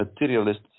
materialist